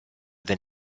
than